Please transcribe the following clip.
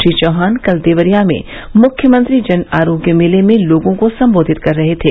श्री चौहान कल देवरिया में मुख्यमंत्री जन आरोग्य मेले में लोगों को संबोधित कर रहे थे